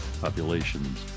Populations